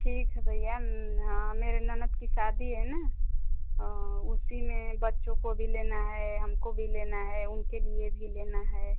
ठीक है भैया मेरे ननंद की शादी है ना उसी में बच्चों को भी लेना है हमको भी लेना है उनके लिए भी लेना है